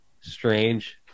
strange